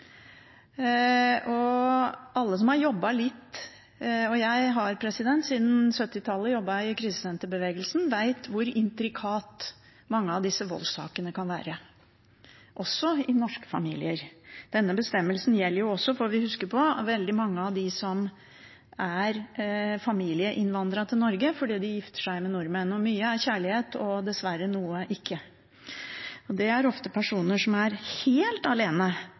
og alle som har jobbet litt med det – jeg har siden 1970-tallet jobbet i krisesenterbevegelsen – vet hvor intrikate mange av disse voldssakene kan være, også i norske familier. Denne bestemmelsen gjelder også, får vi huske på, veldig mange av dem som er familieinnvandret til Norge fordi de gifter seg med nordmenn. Mye er kjærlighet, noe dessverre ikke. Det er ofte personer som er helt alene